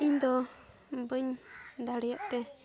ᱤᱧᱫᱚ ᱵᱟᱹᱧ ᱫᱟᱲᱮᱭᱟᱜ ᱛᱮ